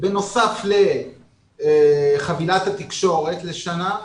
בנוסף לחבילת התקשורת לשנה,